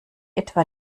etwa